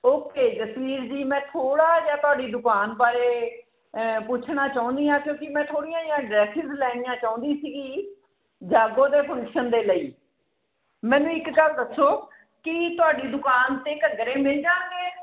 okay Jasvir ji ਮੈਂ ਥੋੜ੍ਹਾ ਜਿਹਾ ਤੁਹਾਡੀ ਦੁਕਾਨ ਬਾਰੇ ਪੁੱਛਣਾ ਚਾਹੁੰਦੀ ਹਾਂ ਕਿਉਂਕਿ ਮੈਂ ਥੋੜ੍ਹੀਆਂ ਜਿਹੀਆਂ ਡਰੈਸਿਸ ਲੈਣੀਆਂ ਚਾਹੁੰਦੀ ਸੀਗੀ ਜਾਗੋ ਦੇ ਫੰਕਸ਼ਨ ਦੇ ਲਈ ਮੈਨੂੰ ਇੱਕ ਗੱਲ ਦੱਸੋ ਕੀ ਤੁਹਾਡੀ ਦੁਕਾਨ 'ਤੇ ਘੱਗਰੇ ਮਿਲ ਜਾਣਗੇ